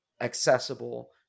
accessible